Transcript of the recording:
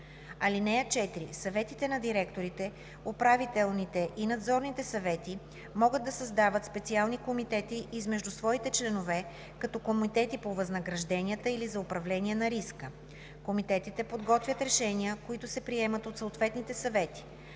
(4) Съветите на директорите, управителните и надзорните съвети могат да създават специални комитети измежду своите членове, като комитети по възнагражденията или за управление на риска. Комитетите подготвят решения, които се приемат от съответните съвети.